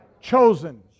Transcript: chosen